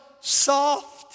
soft